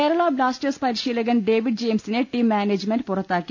Kerala Blasters പരിശീലകൻ David ജെയിംസിനെ team management പുറത്താക്കി